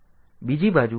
બીજી બાજુ